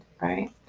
right